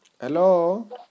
Hello